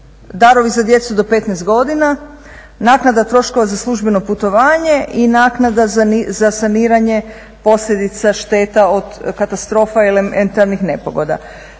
darovi za djecu do 15 godina, naknada troškova za službeno putovanje i naknada za saniranje posljedica šteta od katastrofa i elementarnih nepogoda.